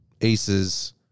Aces